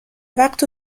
وقت